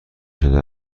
شده